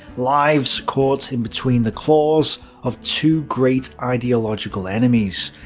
lives caught in between the claws of two great ideological enemies.